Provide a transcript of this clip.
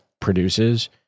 produces